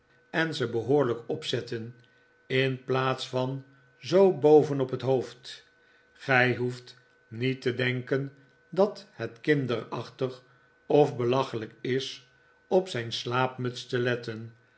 en ze behoorlijk opzetten in plaats van zoo boven op het hoofd gij hoeft niet te denken dat het kinderachtig of belachelijk is op zijn slaapmuts te letten